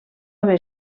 haver